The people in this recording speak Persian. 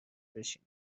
بشین